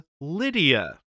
Lydia